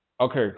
Okay